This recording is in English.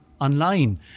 online